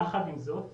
יחד עם זאת,